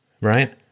Right